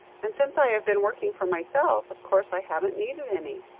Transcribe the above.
and since i have been working for myself, of course i haven't needed any,